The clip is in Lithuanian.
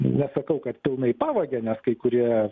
nesakau kad pilnai pavogė net kai kurie